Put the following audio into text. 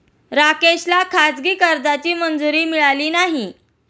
राकेशला खाजगी कर्जाची मंजुरी मिळाली नाही